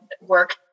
work